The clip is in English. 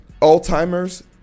Alzheimer's